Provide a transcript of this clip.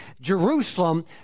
Jerusalem